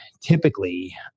typically